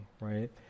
right